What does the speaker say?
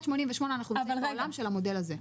88' אנחנו נמצאים בעולם של המודל הזה?